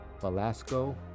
Velasco